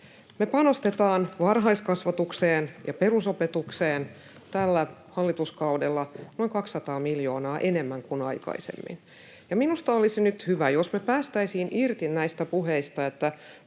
Me panostetaan varhaiskasvatukseen ja perusopetukseen tällä hallituskaudella noin 200 miljoonaa enemmän kuin aikaisemmin, ja minusta olisi nyt hyvä, jos me päästäisiin irti näistä puheista, että